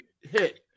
hit